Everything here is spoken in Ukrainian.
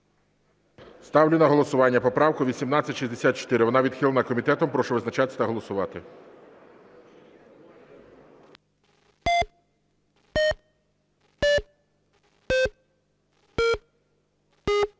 Ставлю на голосування поправку 1864. Вона відхилена комітетом. Прошу визначатися та голосувати.